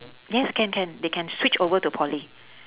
yes can can they can switch over to poly